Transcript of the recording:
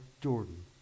Jordan